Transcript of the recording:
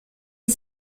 est